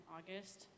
August